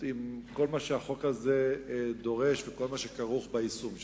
עם כל מה שהחוק דורש וכל מה שכרוך ביישום שלו.